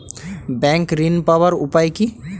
Bank ঋণ পাওয়ার উপায় কি?